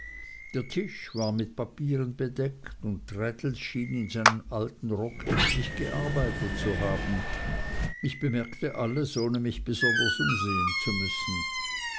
der tisch war mit papieren bedeckt und traddles schien in seinem alten rock emsig gearbeitet zu haben ich bemerkte alles ohne mich besonders umsehen zu müssen